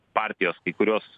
partijos į kurios